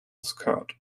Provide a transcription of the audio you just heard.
skirt